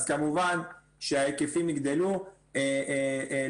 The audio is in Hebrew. אז כמובן שההיקפים יגדלו לאור